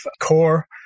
CORE